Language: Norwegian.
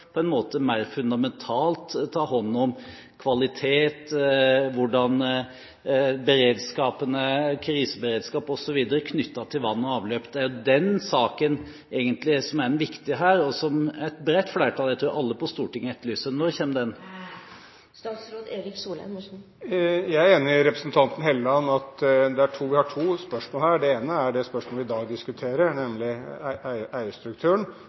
hånd om kvalitet og hvordan kriseberedskap osv. er knyttet til vann og avløp? Det er jo den saken som egentlig er den viktige her, og som et bredt flertall, jeg tror alle på Stortinget, etterlyser. Når kommer den? Jeg er enig med representanten Helleland i at vi har to spørsmål her. Det ene er det spørsmålet vi i dag diskuterer, nemlig eierstrukturen, og det andre er hvordan vi på basis av den offentlige eierstrukturen